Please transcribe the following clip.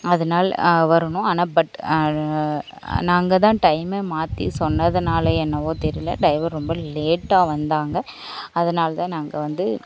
அதனால் வரணும் ஆனால் பட் நாங்கள் தான் டைம்மே மாற்றி சொன்னதுனாலயோ என்னவோ தெரியல டிரைவர் ரொம்ப லேட்டாக வந்தாங்க அதனால் தான் நாங்கள் வந்து